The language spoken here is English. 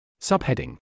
Subheading